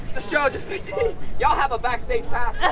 the show just y'all have a backstage pass